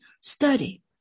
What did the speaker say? Study